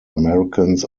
americans